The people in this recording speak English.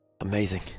Amazing